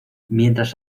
mientras